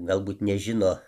galbūt nežino